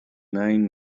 nine